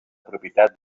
propietat